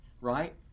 right